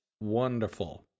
wonderful